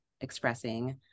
expressing